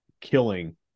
killing